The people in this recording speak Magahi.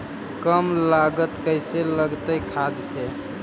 कम लागत कैसे लगतय खाद से?